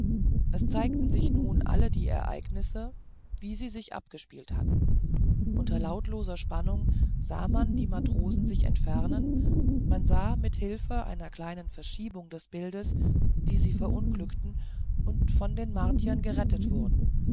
es zeigten sich nun alle die ereignisse wie sie sich abgespielt hatten unter lautloser spannung sah man die matrosen sich entfernen man sah mit hilfe einer kleinen verschiebung des bildes wie sie verunglückten und von den martiern gerettet wurden